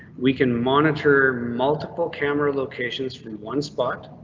we can monitor multiple camera locations from one spot,